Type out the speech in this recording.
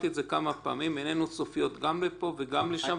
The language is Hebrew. עינינו צופיות גם לפה וגם לשם, ואנחנו מתקדמים.